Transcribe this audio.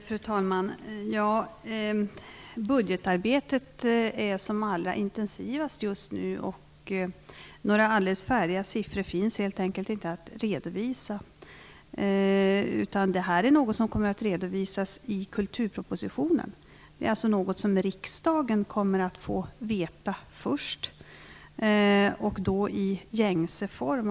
Fru talman! Budgetarbetet är som allra intensivast just nu. Några färdiga siffror finns helt enkelt inte att redovisa. Detta är något som kommer att redovisas i kulturpropositionen. Det är alltså något som riksdagen kommer att få veta först, och då i gängse form.